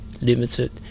limited